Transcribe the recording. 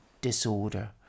disorder